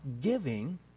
giving